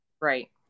Right